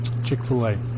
Chick-fil-A